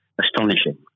astonishing